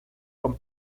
con